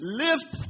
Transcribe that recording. lift